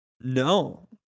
No